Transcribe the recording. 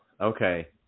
okay